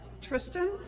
Tristan